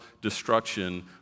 destruction